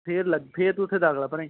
ਫਿਰ ਲੱਗੀ ਫਿਰ ਤੂੰ ਉੱਥੇ ਦਾਖਲਾ ਭਰਾਈਂ